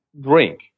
drink